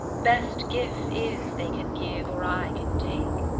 best gift is they can give or i can take.